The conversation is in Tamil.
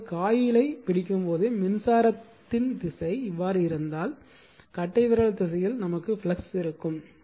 எனவே காயிலை பிடிக்கும் போது மின்சார திசை இவ்வாறு இருந்தால் கட்டைவிரல் திசையில் ஃப்ளக்ஸ் திசை இருக்கும்